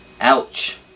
Ouch